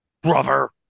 Brother